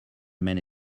many